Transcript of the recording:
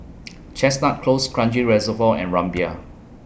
Chestnut Close Kranji Reservoir and Rumbia